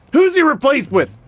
who's he replaced with!